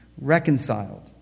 reconciled